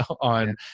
on